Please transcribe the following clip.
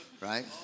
right